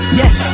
yes